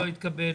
זה לא.